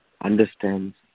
understands